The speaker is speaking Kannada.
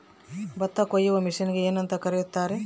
ಭತ್ತ ಕೊಯ್ಯುವ ಮಿಷನ್ನಿಗೆ ಏನಂತ ಕರೆಯುತ್ತಾರೆ?